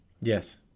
Yes